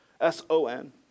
S-O-N